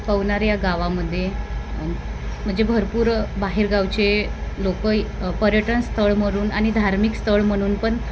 पवनार या गावामध्ये म्हणजे भरपूर बाहेरगावचे लोक पर्यटन स्थळ म्हणून आणि धार्मिक स्थळ म्हणून पण